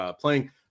playing